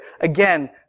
again